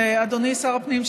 אדוני השר לביטחון הפנים,